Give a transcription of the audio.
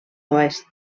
oest